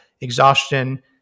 exhaustion